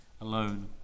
alone